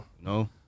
no